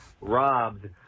robbed